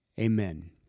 amen